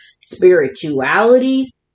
spirituality